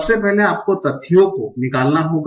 सबसे पहले आपको तथ्यों को निकालना होगा